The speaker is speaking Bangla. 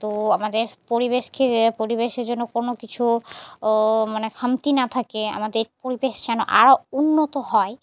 তো আমাদের পরিবেশকে পরিবেশে যেন কোনো কিছু মানে খামতি না থাকে আমাদের পরিবেশ যেন আরও উন্নত হয়